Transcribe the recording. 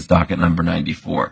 docket number ninety four